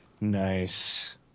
Nice